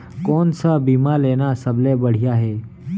कोन स बीमा लेना सबले बढ़िया हे?